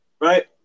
right